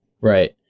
Right